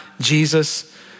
Jesus